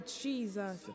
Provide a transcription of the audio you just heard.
Jesus